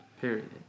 Period